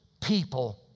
people